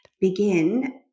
begin